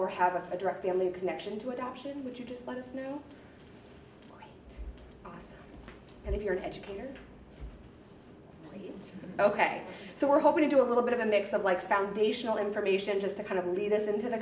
or have a direct family connection to adoption would you just let us know and if you're an educator ok so we're hoping to do a little bit of a mix of like foundational information just to kind of lead us into the